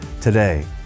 today